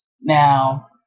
Now